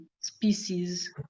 species